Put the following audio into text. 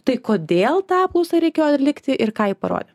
tai kodėl tą apklausą reikėjo atlikti ir ką ji parodė